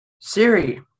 Siri